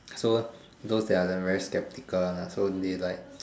so those they're the very skeptical one ah so they like